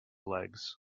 legs